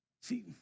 See